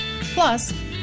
Plus